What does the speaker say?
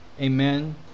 Amen